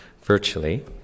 virtually